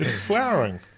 flowering